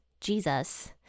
Jesus